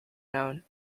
known